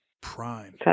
Prime